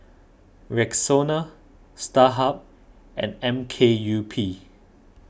Rexona Starhub and M K U P